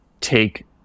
take